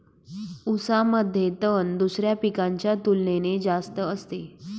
ऊसामध्ये तण दुसऱ्या पिकांच्या तुलनेने जास्त असते